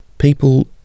People